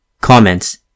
Comments